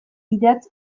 idatz